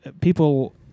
people